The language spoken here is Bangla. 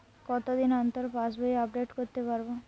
কতদিন অন্তর পাশবই আপডেট করতে পারব?